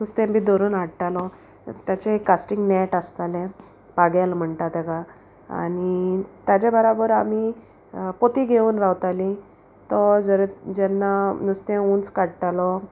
नुस्तें बी धरून हाडटालो तेचें कास्टींग नेट आसतालें पागेल म्हणटा तेका आनी ताज्या बराबर आमी पोती घेवन रावताली तो जर जेन्ना नुस्तें उंच काडटालो